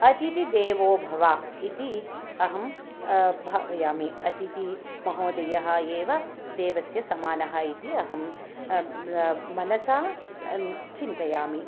अतिति देवो भवः इति अहं भावयामि अतितिः महोदयः एव देवस्य समानः इति अहं मनसा चिन्तयामि